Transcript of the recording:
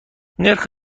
نرخ